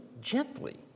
gently